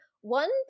one